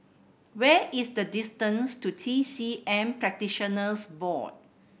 where is the distance to T C M Practitioners Board